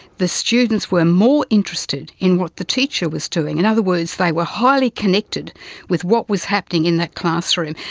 the students were more interested in what the teacher was doing, in other words they were highly connected with what was happening in that classroom.